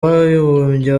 w’abibumbye